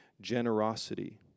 generosity